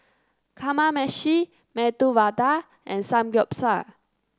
Kamameshi Medu Vada and Samgyeopsal